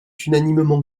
unanimement